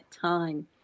time